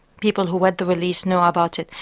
people who read the release know about it,